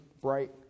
bright